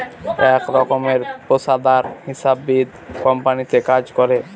এক রকমের পেশাদার হিসাববিদ কোম্পানিতে কাজ করে